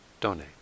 donate